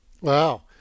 Wow